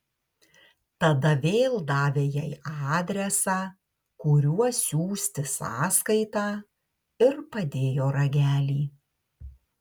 tada vėl davė jai adresą kuriuo siųsti sąskaitą ir padėjo ragelį